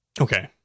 Okay